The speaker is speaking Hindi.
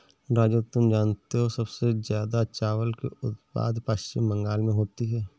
राजू तुम जानते हो सबसे ज्यादा चावल की उत्पत्ति पश्चिम बंगाल में होती है